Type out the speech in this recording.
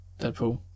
Deadpool